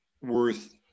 worth